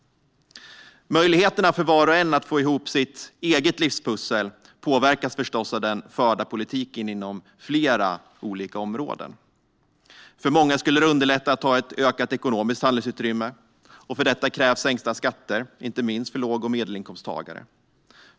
Möjligheterna för var och en att få ihop sitt eget livspussel påverkas förstås av den förda politiken inom flera olika områden. För många skulle det underlätta att ha ett ökat ekonomiskt handlingsutrymme. För detta krävs sänkta skatter, inte minst för låg och medelinkomsttagare.